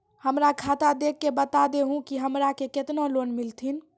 हमरा खाता देख के बता देहु के हमरा के केतना लोन मिलथिन?